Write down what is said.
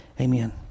Amen